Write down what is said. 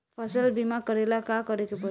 फसल बिमा करेला का करेके पारी?